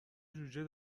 جوجه